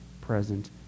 present